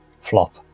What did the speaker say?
flop